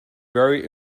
very